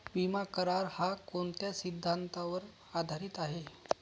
विमा करार, हा कोणत्या सिद्धांतावर आधारीत आहे?